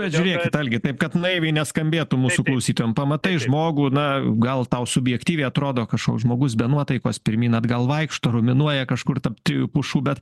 bet žiūrėkit algi taip kad naiviai neskambėtų mūsų klausytojam pamatai žmogų na gal tau subjektyviai atrodo kažkoks žmogus be nuotaikos pirmyn atgal vaikšto rominuoja kažkur tarp trijų pušų bet